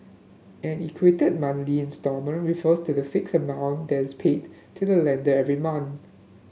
an equated monthly instalment refers to the fixed amount that is paid to the lender every month